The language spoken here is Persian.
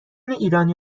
ایرانی